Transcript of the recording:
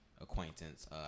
acquaintance